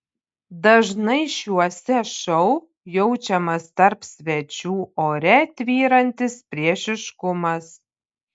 dažnai šiuose šou jaučiamas tarp svečių ore tvyrantis priešiškumas